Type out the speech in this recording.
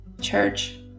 church